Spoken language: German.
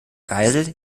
geisel